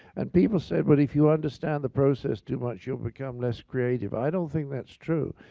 and people said, but if you understand the process too much, you'll become less creative. i don't think that's true.